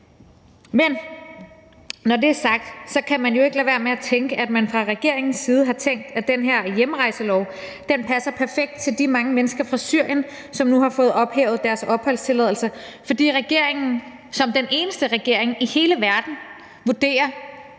Men når det er sagt, kan man jo ikke lade være med at tænke, at man fra regeringens side har tænkt, at den her hjemrejselov passer perfekt til de mange mennesker fra Syrien, som nu har fået ophævet deres opholdstilladelse, fordi regeringen som den eneste regering i hele verden vurderer,